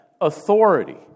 authority